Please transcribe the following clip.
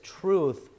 truth